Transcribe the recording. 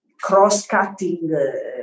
cross-cutting